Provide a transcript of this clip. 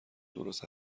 درست